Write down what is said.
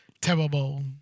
terrible